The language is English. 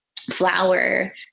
flower